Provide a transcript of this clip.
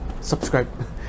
subscribe